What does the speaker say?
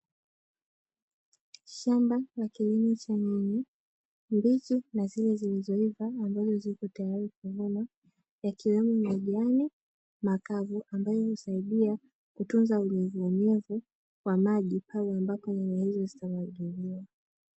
Shamba la kilimo cha nyanya mbichi na zile zilizoiva, ambazo ziko tayari kuvunwa yakiwemo majani makavu ambayo husaidia kutunza unyevuunyevu wa majibpale ambapo mimea hii hazitamwagiliwa.